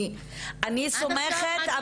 אני סומכת,